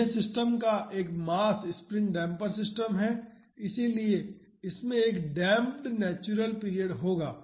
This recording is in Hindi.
तो यह सिस्टम एक मास स्प्रिंग डेम्पर सिस्टम है इसलिए इसमें एक डेम्प्ड नेचुरल पीरियड होगा